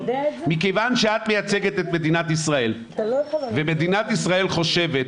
מכיוון שאת מייצגת את מדינת ישראל ומדינת ישראל חושבת,